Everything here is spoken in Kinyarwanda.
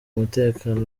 umutekano